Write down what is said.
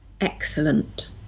Excellent